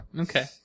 Okay